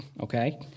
Okay